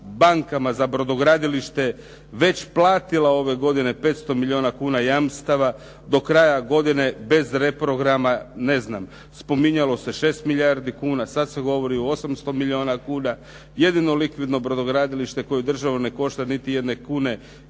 bankama za brodogradilište već platila ove godine 500 milijuna kuna jamstava. Do kraja godine bez reprograma spominjalo se 6 milijardi kuna, sad se govori o 800 milijuna kuna. Jedino likvidno gradilište koje državu ne košta niti jedne kuna